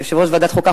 יושב-ראש ועדת החוקה,